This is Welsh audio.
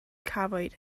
cafwyd